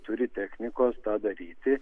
turi technikos tą daryti